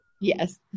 Yes